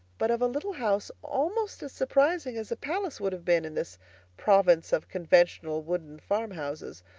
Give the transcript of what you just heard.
but of a little house almost as surprising as a palace would have been in this province of conventional wooden farmhouses,